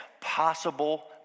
possible